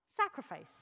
Sacrifice